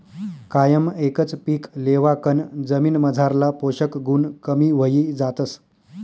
कायम एकच पीक लेवाकन जमीनमझारला पोषक गुण कमी व्हयी जातस